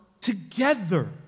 together